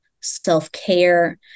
self-care